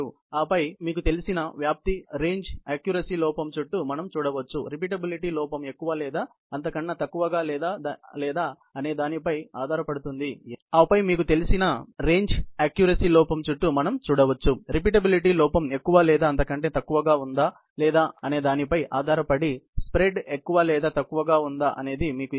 ఆపై మీకు తెలిసిన వ్యాప్తి అక్క్యురసీ లోపం చుట్టూ మనము చూడవచ్చు రిపీటబిలిటీ లోపం ఎక్కువ లేదా అంతకంటే తక్కువగా ఉందా లేదా అనేదానిపై ఆధారపడి స్ప్రెడ్ ఎక్కువ లేదా తక్కువగా ఉందా అనేది మీకు ఇస్తుంది